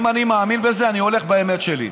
אם אני מאמין בזה, אני הולך באמת שלי.